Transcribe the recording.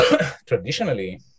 traditionally